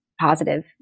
positive